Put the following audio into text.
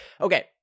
Okay